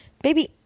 baby